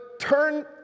turn